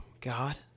God